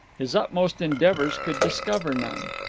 his utmost endeavours could discover none.